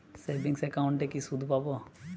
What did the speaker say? Savings একাউন্টে কি সুদ পাব?